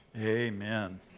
Amen